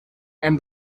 and